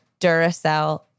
Duracell